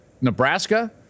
Nebraska